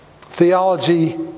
Theology